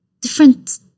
different